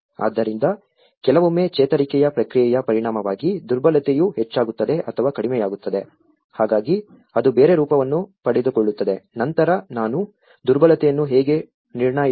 ಆದ್ದರಿಂದ ಕೆಲವೊಮ್ಮೆ ಚೇತರಿಕೆಯ ಪ್ರಕ್ರಿಯೆಯ ಪರಿಣಾಮವಾಗಿ ದುರ್ಬಲತೆಯು ಹೆಚ್ಚಾಗುತ್ತದೆ ಅಥವಾ ಕಡಿಮೆಯಾಗುತ್ತದೆ ಹಾಗಾಗಿ ಅದು ಬೇರೆ ರೂಪವನ್ನು ಪಡೆದುಕೊಳ್ಳುತ್ತದೆ ನಂತರ ನಾನು ದುರ್ಬಲತೆಯನ್ನು ಹೇಗೆ ನಿರ್ಣಯಿಸಬಹುದು ಎಂಬುದನ್ನು ನೋಡಲು ಪ್ರಾರಂಭಿಸಿದೆ